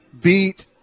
beat –